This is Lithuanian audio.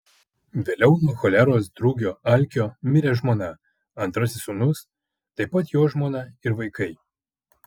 vėliau nuo choleros drugio alkio mirė žmona antrasis sūnus taip pat jo žmona ir vaikai